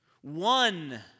One